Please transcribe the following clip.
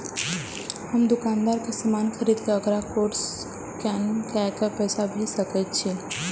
हम दुकानदार के समान खरीद के वकरा कोड स्कैन काय के पैसा भेज सके छिए?